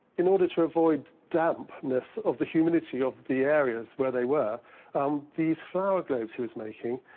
in order to avoid dampness of the humidity of the areas where they were um these flour globes he was making